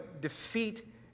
defeat